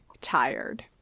tired